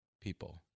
people